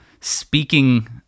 speaking